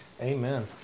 Amen